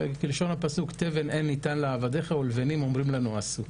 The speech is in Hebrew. כלשון הפסוק תבן אין ניתן לעבדיך ולבנים אומרים לנו עשו.